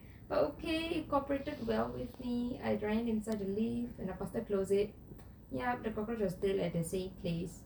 okay cooperated well with me I ran inside the lift and I faster closed it yup the cockroach was still at the same place